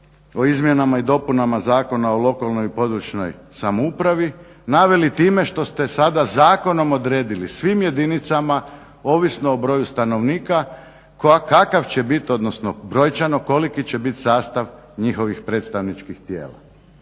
o izmjenama i dopunama Zakona o lokalnoj i područnoj samoupravi naveli time što ste sada zakonom odredili svim jedinicama ovisno o broju stanovnika kakav će biti odnosno brojčano koliki će biti sastav njihovih predstavničkih tijela.